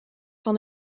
van